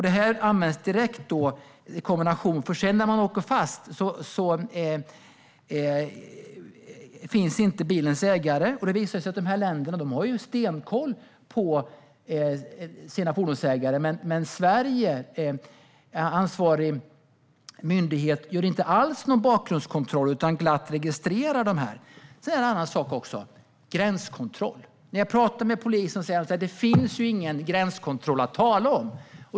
Det här används direkt i kombination, för när man åker fast "finns inte" bilens ägare. Det visar sig att de här länderna har stenkoll på sina fordonsägare, men i Sverige gör ansvarig myndighet inte någon bakgrundskontroll alls utan registrerar glatt de här. En annan sak gäller gränskontrollen. När jag talar med poliser säger de att det inte finns någon gränskontroll att tala om.